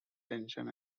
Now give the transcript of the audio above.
tension